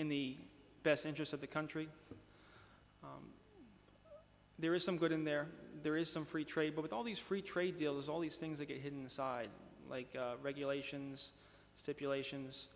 in the best interest of the country there is some good in there there is some free trade but with all these free trade deals all these things that get inside regulations stipulations